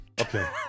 Okay